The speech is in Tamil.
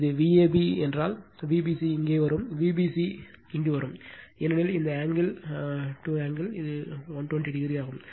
இது Vab என்றால் Vbc இங்கே வரும் Vbc இங்கு வரும் ஏனெனில் இந்த ஆங்கிள் to ஆங்கிள் இது 120o ஆகும்